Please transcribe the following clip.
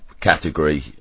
category